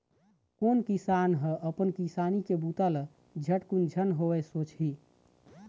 कोन किसान ह अपन किसानी के बूता ल झटकुन झन होवय सोचही